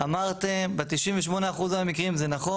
אמרתם ב-98% מהמקרים זה נכון.